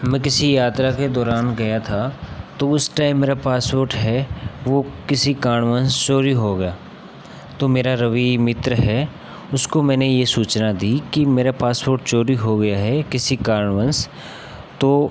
मैं किसी यात्रा के दौरान गया था तो उस टाइम मेरा पासपोट है वो किसी कारणवश चोरी हो गया तो मेरा रवि मित्र है उसको मैंने यह सूचना दी कि मेरा पासपोट चोरी हो गया है किसी कारणवश तो